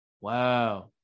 Wow